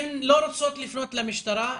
הן לא רוצות לפנות למשטרה,